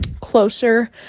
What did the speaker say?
closer